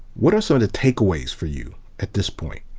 what are some of the takeaways for you at this point?